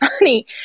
money